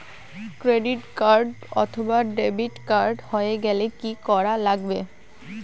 Credit card অথবা debit card হারে গেলে কি করা লাগবে?